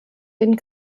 den